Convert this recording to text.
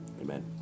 Amen